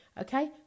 Okay